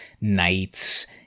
knights